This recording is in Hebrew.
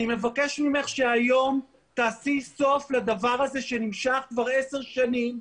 אני מבקש ממך שהיום תעשי סוף לדבר הזה שנמשך כבר עשר שנים,